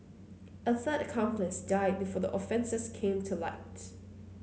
a third accomplice died before the offences came to light